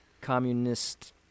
communist